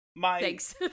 Thanks